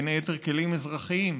בין היתר כלים אזרחיים.